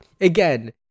again